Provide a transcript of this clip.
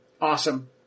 Awesome